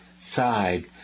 side